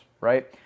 right